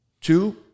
Two